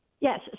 Yes